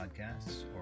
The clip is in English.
podcasts